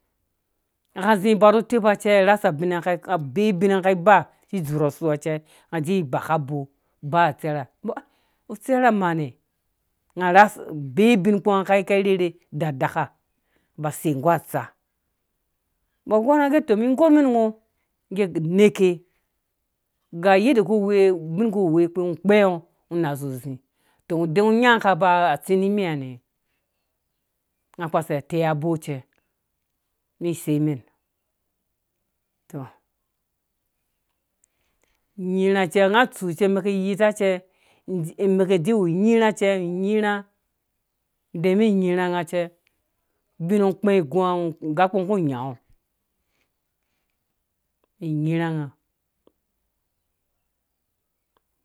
Nga ka zĩ ba rru tepa cɛ rasa binga ubin nga kai ba si dzurasu nga di ba ka abo ba tsɛra mbɔ ah utsera mara nga rasa bee ubin kpu nga ka rherhe da daka ba sei nggu atsa. mbɔ gɔr nga gɛ tɔ mɛn mɛn gɔr mɛn ngɔr ngge neke ga yadda kuwe ubin ku we kpi nga kpee ngo ngɔ nga zuzĩ tɔ de ngo nyangɔ nga ka ba tsi ni mihanɛ nga kpua sei alei abɔ ce ni sei mɛn tɔ nyirhã cɛ nga tsu ce baki yita ce maki diki wu nyirhã ce nyirã idɛ mi nyirhã nga cɛ bin ngo ku kpengɔ igungo ngaa kpi ngo ku nyango inyirha.